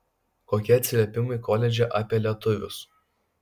kokie atsiliepimai koledže apie lietuvius